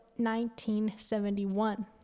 1971